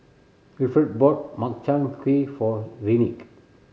Wilfred bought Makchang Gui for Enrique